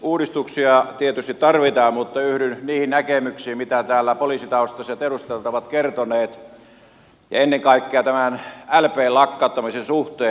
uudistuksia tietysti tarvitaan mutta yhdyn niihin näkemyksiin mitä täällä poliisitaustaiset edustajat ovat kertoneet ennen kaikkea tämän lpn lakkauttamisen suhteen